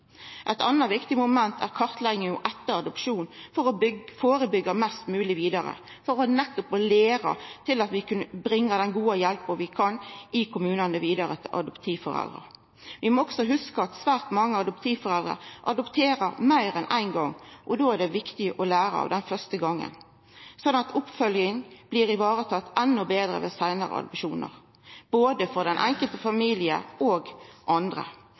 Eit anna viktig moment er kartlegging etter adopsjon, for å førebyggja best mogleg vidare, for nettopp å bringa den gode hjelpa i kommunane vidare til adoptivforeldre. Vi må også hugsa at svært mange adoptivforeldre adopterer meir enn éin gong. Da er det viktig å læra av den første gongen, slik at oppfølging blir varetatt enda betre ved seinare adopsjonar, både for den enkelte familien og for andre.